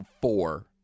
four